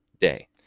day